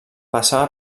passava